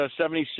76